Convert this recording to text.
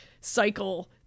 cycle